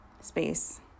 Space